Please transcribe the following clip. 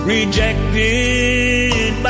Rejected